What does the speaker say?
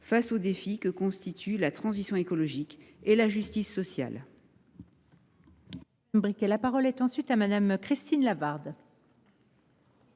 face aux défis que sont la transition écologique et la justice sociale.